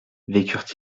vécurent